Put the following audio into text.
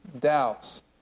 doubts